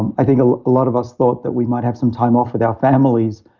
and i think a lot of us thought that we might have some time off with our families,